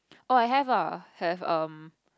oh I have uh have ah have um